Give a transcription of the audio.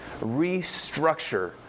restructure